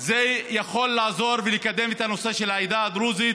זה יכול לעזור ולקדם את הנושא של העדה הדרוזית,